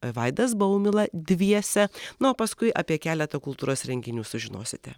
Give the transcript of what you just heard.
vaidas baumila dviese na o paskui apie keletą kultūros renginių sužinosite